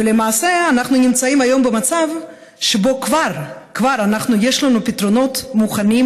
למעשה אנחנו נמצאים היום במצב שבו כבר יש לנו פתרונות מוכנים.